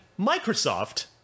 Microsoft